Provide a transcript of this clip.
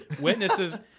Witnesses